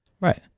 Right